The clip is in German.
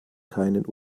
keinen